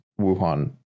Wuhan